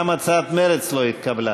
גם הצעת מרצ לא התקבלה.